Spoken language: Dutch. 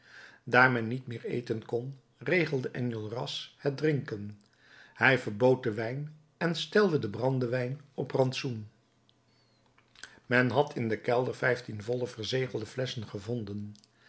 men niet meer eten kon regelde enjolras het drinken hij verbood den wijn en stelde den brandewijn op rantsoen men had in den kelder vijftien volle verzegelde flesschen gevonden